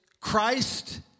Christ